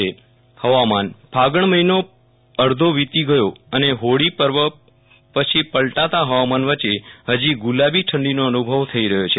વિરલ રાણા હવામાન ફાગણ મહિનો અડધો વિતી ગયો અને હોળી પર્વ પછી પલ્ટાતા હવામાન વચ્ચે હજી ગુલાબી ઠંડીનો અનુભવ થઈ રહ્યો છે